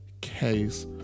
Case